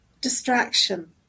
Distraction